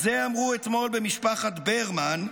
את זה אמרו אתמול במשפחת ברמן,